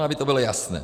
Aby to bylo jasné.